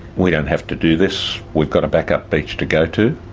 we don't have to do this. we've got a backup beach to go to.